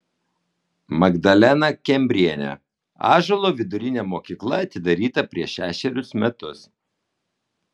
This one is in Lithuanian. magdalena kembrienė ąžuolo vidurinė mokykla atidaryta prieš šešerius metus